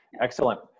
Excellent